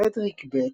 פרדריק ב.